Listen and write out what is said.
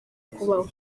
kubaho